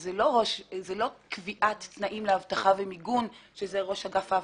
זה לא קביעת תנאים לאבטחה ומיגון שזה ראש אגף האבטחה,